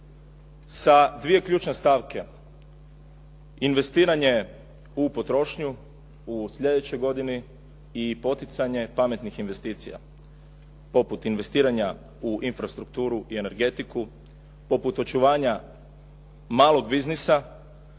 sa dvije ključne stavke: investiranje u potrošnju u sljedećoj godini i poticanje pametnih investicija poput investiranja u infrastrukturu i energetiku, poput očuvanja malog biznisa,